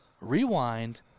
rewind